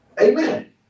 Amen